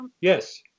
Yes